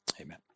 Amen